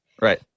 Right